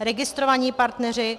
Registrovaní partneři.